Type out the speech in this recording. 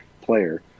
player